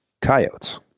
Coyotes